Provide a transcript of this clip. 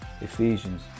Ephesians